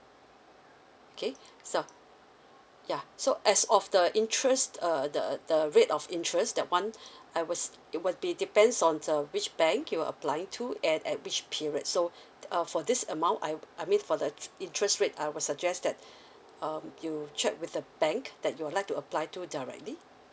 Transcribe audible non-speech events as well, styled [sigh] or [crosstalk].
okay [breath] so yeah so as of the interest uh the the rate of interest that one [breath] I was it will be depends on uh which bank you applying to and at which period so [breath] uh for this amount I I mean for the interest rate I would suggest that [breath] um you check with the bank that you would like to apply to directly